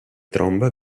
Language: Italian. tromba